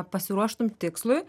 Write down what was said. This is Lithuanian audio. pasiruoštum tikslui